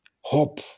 hope